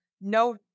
no